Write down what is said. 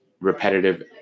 repetitive